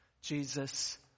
Jesus